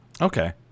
Okay